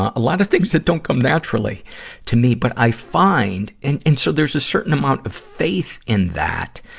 ah a lot of things that don't come naturally to me, but i find and, and so there's a certain amount of faith in that,